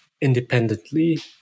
independently